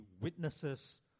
witnesses